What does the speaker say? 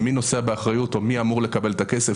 מי נושא באחריות או מי אמור לקבל את הכסף,